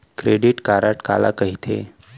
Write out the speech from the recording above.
Credit card काला कहिथे?